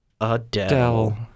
Adele